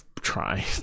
try